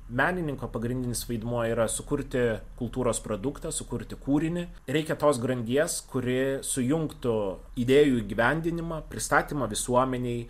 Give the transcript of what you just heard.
menininko pagrindinis vaidmuo yra sukurti kultūros produktą sukurti kūrinį reikia tos grandies kuri sujungtų idėjų įgyvendinimą pristatymą visuomenei